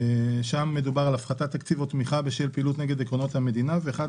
שם מדובר על הפחתת תקציב או תמיכה בשל פעילות נגד עקרונות המדינה ואחד